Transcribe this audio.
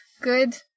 good